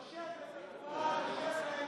ובכן,